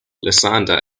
lysander